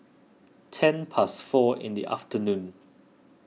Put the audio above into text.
ten past four in the afternoon